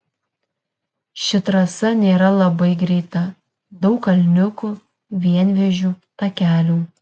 ši trasa nėra labai greita daug kalniukų vienvėžių takelių